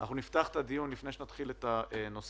אנחנו נפתח את הדיון לפני שנתחיל את הנושא